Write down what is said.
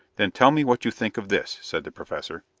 then tell me what you think of this, said the professor.